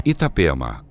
Itapema